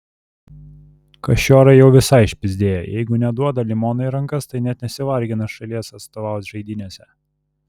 kašiorai jau visai išpyzdėję jeigu neduoda limono į rankas tai net nesivargina šalies atstovaut žaidynėse